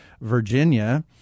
Virginia